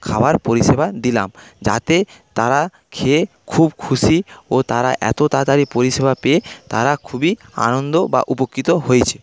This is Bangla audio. খাবার পরিষেবা দিলাম যাতে তারা খেয়ে খুব খুশি ও তারা এত তাড়াতাড়ি পরিষেবা পেয়ে তারা খুবই আনন্দ বা উপকৃত হয়েছে